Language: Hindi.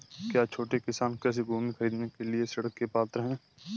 क्या छोटे किसान कृषि भूमि खरीदने के लिए ऋण के पात्र हैं?